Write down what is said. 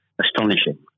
astonishing